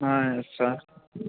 yes sir